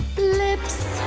lips